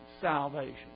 salvation